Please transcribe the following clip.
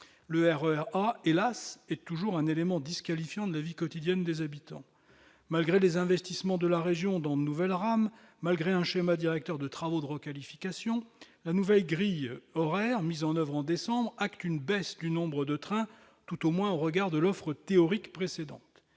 le RER A est toujours un élément disqualifiant de la vie quotidienne des habitants. Malgré les investissements de la région dans de nouvelles rames, malgré un schéma directeur de travaux de requalification, la nouvelle grille horaire mise en oeuvre en décembre dernier acte une baisse du nombre de trains, tout au moins au regard de l'offre théorique précédente.